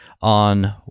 on